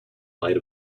light